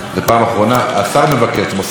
כנראה קשה, נו,